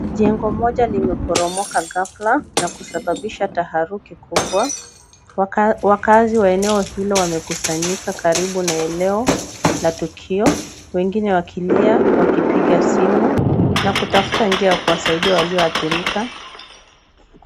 Jengo moja limeporomoka ghafla na kusababisha taharuki kubwa. Wakazi wa eneo hilo wamekusanyika karibu na eneo la tukio wengine wakilia wakipiga simu na kutafuta njia ya kuwasaidia walioathirika.